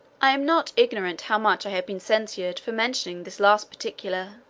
i am not ignorant how much i have been censured for mentioning this last particular.